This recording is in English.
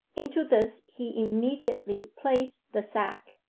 into this he immediately placed the sack,